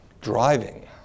Driving